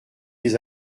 des